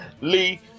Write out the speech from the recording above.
Lee